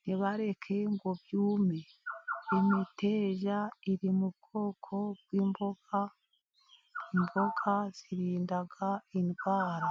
ntibareke ngo byume. Imiteja iri mu bwoko bw'imboga. Imboga zirinda indwara.